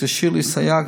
דוקטור שירלי סייג,